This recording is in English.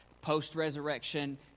post-resurrection